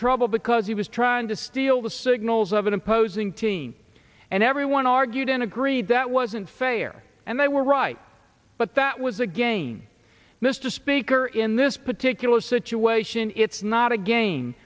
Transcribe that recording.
trouble because he was trying to steal the signals of an opposing team and everyone argued and agreed that wasn't fair and they were right but that was again mr speaker in this particular situation it's not aga